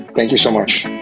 thank you so much.